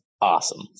awesome